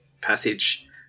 passage